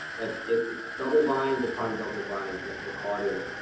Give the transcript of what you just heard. but it's double-binds upon double-binds that we're caught in,